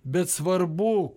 bet svarbu